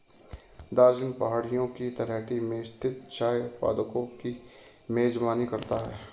दार्जिलिंग पहाड़ियों की तलहटी में स्थित चाय उत्पादकों की मेजबानी करता है